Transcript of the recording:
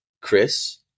Chris